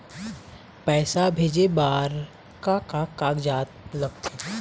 पैसा भेजे बार का का कागजात लगथे?